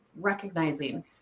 recognizing